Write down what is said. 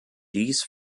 dies